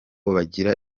bagira